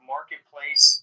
Marketplace